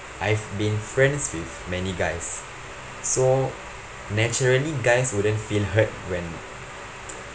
I've been friends with many guys so naturally guys wouldn't feel hurt when